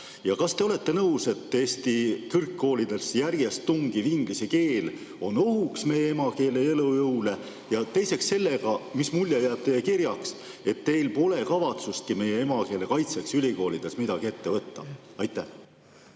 Kas te olete nõus, et Eesti kõrgkoolidesse järjest tungiv inglise keel on ohuks meie emakeele elujõule? Teiseks see, mis mulje jääb teie kirjast, et teil pole kavatsustki meie emakeele kaitseks ülikoolides midagi ette võtta. Aitäh!